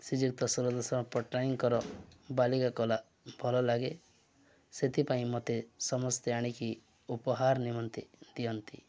ଶ୍ରୀଯୁକ୍ତ ସରଦଶ ପଟ୍ଟନାୟଙ୍କର ବାଲିକା କଲା ଭଲ ଲାଗେ ସେଥିପାଇଁ ମୋତେ ସମସ୍ତେ ଆଣିକି ଉପହାର ନିମନ୍ତେ ଦିଅନ୍ତି